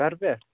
کَر پٮ۪ٹھ